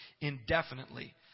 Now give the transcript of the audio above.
indefinitely